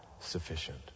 sufficient